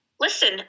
listen